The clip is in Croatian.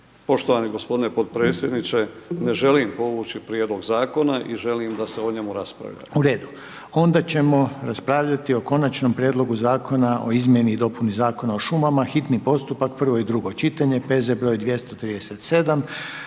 Poštovani gospodine potpredsjedniče, ne želim povući prijedlog zakona i želim da se o njemu raspravlja. **Reiner, Željko (HDZ)** U redu, onda ćemo raspravljati o: - Konačnom prijedlogu Zakona o izmjeni i dopuni Zakona o šumama, hitni postupak, prvo i drugo čitanje, P.Z. br. 237